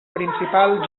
principal